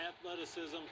athleticism